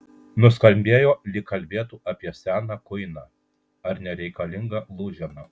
nuskambėjo lyg kalbėtų apie seną kuiną ar nereikalingą lūženą